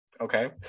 okay